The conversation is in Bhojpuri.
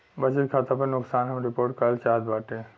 बचत खाता पर नुकसान हम रिपोर्ट करल चाहत बाटी